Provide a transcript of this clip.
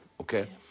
okay